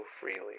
freely